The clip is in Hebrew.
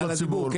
בציבור.